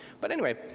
but anyway,